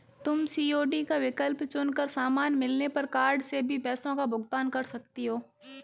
तुम सी.ओ.डी का विकल्प चुन कर सामान मिलने पर कार्ड से भी पैसों का भुगतान कर सकती हो